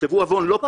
לא פשע.